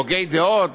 הוגי דעות,